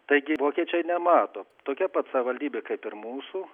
taigi vokiečiai nemato tokia pat savivaldybė kaip ir mūsų